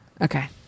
Okay